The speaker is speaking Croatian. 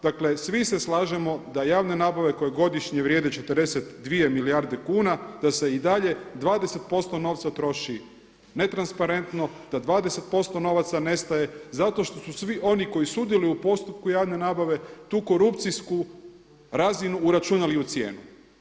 Dakle, svi se slažemo da javne nabave koje godišnje vrijede 42 milijarde kuna, da se i dalje 20% novca troši netransparentno, da 20% novaca nestaje zato što su svi oni koji sudjeluju u postupku javne nabave tu korupcijsku razinu uračunali u cijenu.